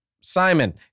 Simon